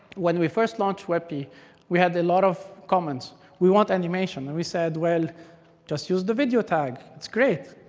when we first launched webp, we had a lot of comments. we want animation. and we said, well just use the video tag. it's great.